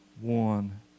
one